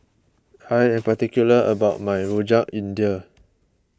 I am particular about my Rojak India